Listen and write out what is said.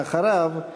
ואחריו,